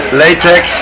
latex